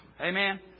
Amen